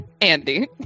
Andy